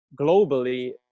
globally